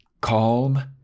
calm